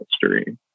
history